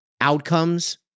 outcomes